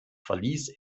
verließ